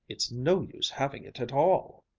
it's no use having it at all!